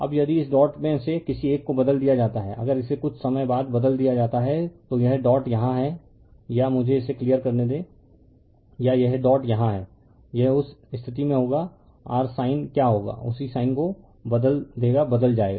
अब यदि इस डॉट में से किसी एक को बदल दिया जाता है अगर इसे कुछ समय बाद बदल दिया जाता है तो यह डॉट यहां है या मुझे इसे क्लियर करने दें या यह डॉट यहां है यह उस स्थिति में होगा r साइन क्या होगा उसी साइन को बदल देगा बदल जाएगा